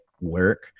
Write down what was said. work